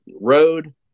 road